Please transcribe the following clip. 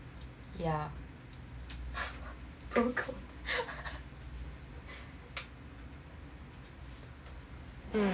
yeah